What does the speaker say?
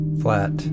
flat